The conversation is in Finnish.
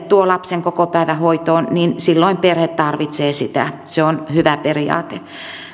tuo lapsen kokopäivähoitoon niin silloin perhe tarvitsee sitä se on hyvä periaate